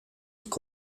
estos